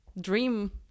dream